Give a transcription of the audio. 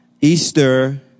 Easter